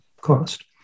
cost